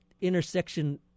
intersection